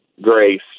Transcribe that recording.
grace